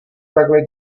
takhle